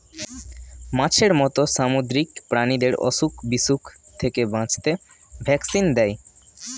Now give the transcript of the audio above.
মাছের মত সামুদ্রিক প্রাণীদের অসুখ বিসুখ থেকে বাঁচাতে ভ্যাকসিন দেয়